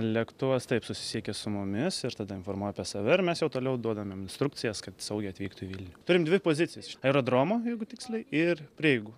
lėktuvas taip susisiekia su mumis ir tada informuoja apie save ir mes jau toliau duodamem instrukcijas kad saugiai atvyktų į vilnių turim dvi pozicijas aerodromo jeigu tiksliai ir prieigų